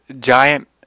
giant